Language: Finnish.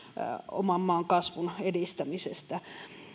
oman maan kasvun edistämisestä